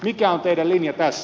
mikä on teidän linjanne tässä